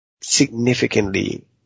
significantly